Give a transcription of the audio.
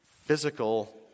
physical